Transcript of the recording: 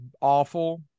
awful